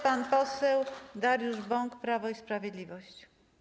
Pan poseł Dariusz Bąk, Prawo i Sprawiedliwość.